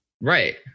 Right